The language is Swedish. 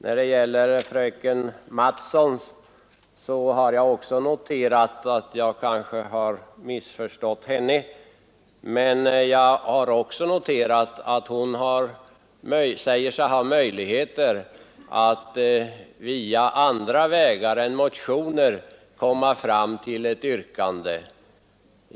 Beträffande fröken Mattson är det möjligt att jag missförstod även henne, men jag har också noterat att hon säger sig ha möjlighet att på andra vägar än motionsledes komma fram till ett yrkande.